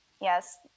yes